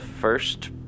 first